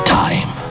time